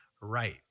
right